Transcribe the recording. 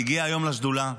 היא הגיעה היום לשדולה.